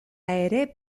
ere